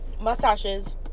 Mustaches